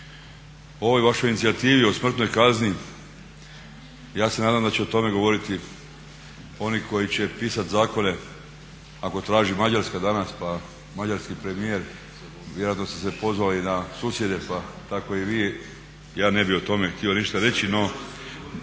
ovoj vašoj inicijativi o smrtnoj kazni ja se nadam da će o tome govoriti oni koji će pisat zakone ako traži Mađarska danas, pa mađarski premijer, vjerojatno su se pozvali i na susjede pa tako i vi. Ja ne bi o tome htio ništa reći. No,